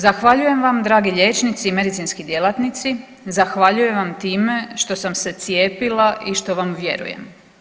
Zahvaljujem vam, dragi liječnici i medicinski djelatnici, zahvaljujem vam time što sam se cijepila i što vam vjerujem.